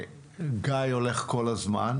גיא הולך כל הזמן.